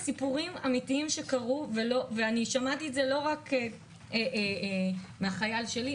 אלה סיפורים אמיתיים שקרו ושמעתי לא מהחייל שלי,